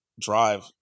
drive